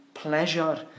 Pleasure